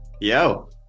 yo